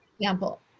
example